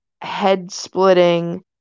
head-splitting